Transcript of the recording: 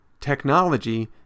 technology